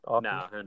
No